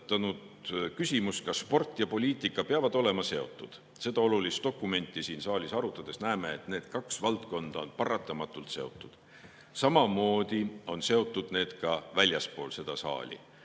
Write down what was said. on tõstatunud küsimus, kas sport ja poliitika peavad olema seotud. Seda olulist dokumenti siin saalis arutades näeme, et need kaks valdkonda on paratamatult seotud. Samamoodi on seotud need ka väljaspool seda saali.